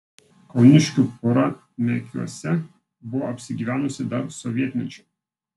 kauniškių pora mekiuose buvo apsigyvenusi dar sovietmečiu